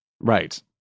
Right